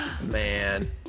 man